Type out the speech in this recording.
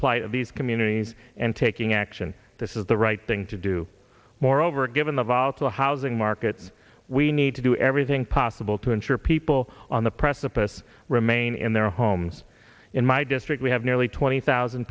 plight of these communities and taking action this is the right thing to do moreover given the volatile housing market we need to do everything possible to insure people on the precipice remain in their homes in my district we have nearly twenty thousand